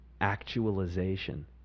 actualization